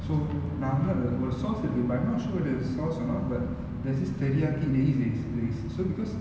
so நா வந்து அந்த ஒரு:naa vanthu antha oru sauce இருக்கு:iruku but I'm not sure it's a sauce or not but there's this teriyaki they he says is so because